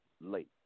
late